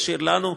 תשאיר לנו,